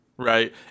Right